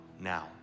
now